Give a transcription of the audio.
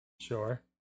Sure